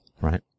right